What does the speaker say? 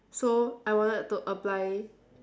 so I wanted to apply